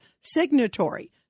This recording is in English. signatory